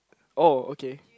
oh okay